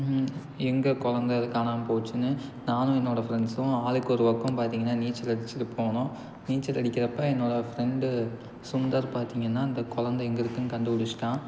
எங்கள் குழந்த அது காணாமல் போச்சின்னு நானும் என்னோடய ஃப்ரெண்ட்ஸும் ஆளுக்கு ஒரு பக்கம் பார்த்தீங்கன்னா நீச்சலடிச்சிட்டு போனோம் நீச்சலடிக்கிறப்ப என்னோடய ஃப்ரெண்டு சுந்தர் பார்த்தீங்கன்னா அந்த குழந்த எங்கே இருக்குதுனு கண்டுபிடிச்சிட்டான்